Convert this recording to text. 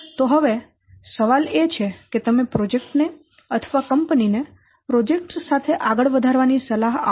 તો હવે સવાલ એ છે કે તમે પ્રોજેક્ટ ને અથવા કંપની ને પ્રોજેક્ટ સાથે આગળ વધારવાની સલાહ આપશો